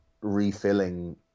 refilling